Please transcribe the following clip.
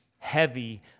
Heavy